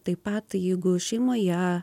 taip pat jeigu šeimoje